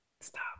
Stop